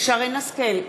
שרן השכל,